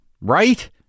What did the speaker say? right